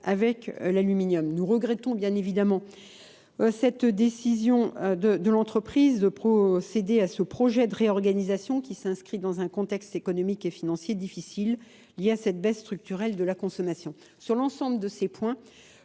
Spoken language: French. avec l'aluminium. Nous regrettons bien évidemment cette décision de l'entreprise de procéder à ce projet de réorganisation qui s'inscrit dans un contexte économique et financier difficile lié à cette baisse structurelle de la consommation. Sur l'ensemble de ces points,